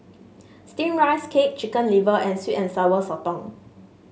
steamed Rice Cake Chicken Liver and sweet and Sour Sotong